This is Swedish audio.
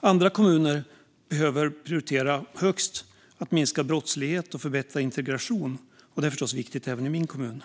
Andra kommuner behöver prioritera att minska brottsligheten och att förbättra integrationen högst, vilket förstås är viktigt även i min kommun.